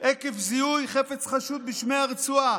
עקב זיהוי חפץ חשוד בשמי הרצועה,